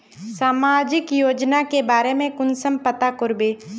सामाजिक योजना के बारे में कुंसम पता करबे?